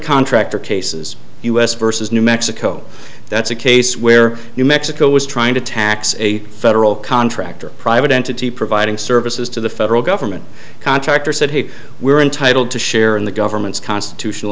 contractor cases u s versus new mexico that's a case where you mexico was trying to tax a federal contractor a private entity providing services to the federal government contractor said hey we're entitled to share in the government's constitutional